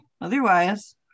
otherwise